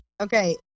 Okay